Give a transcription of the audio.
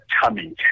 tummy